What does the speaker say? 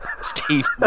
Steve